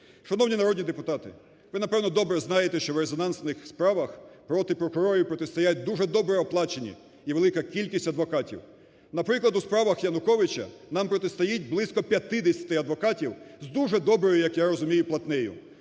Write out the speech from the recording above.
Шановні народні депутати, ви, напевно, добре знаєте, що в резонансних справах проти прокурорів протистоять дуже добре оплачені і велика кількість адвокатів. Наприклад, у справах Януковича нам протистоїть близько 50 адвокатів з дуже доброю, як я розумію, платнею.